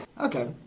Okay